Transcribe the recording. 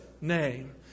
Name